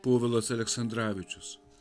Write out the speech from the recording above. povilas aleksandravičius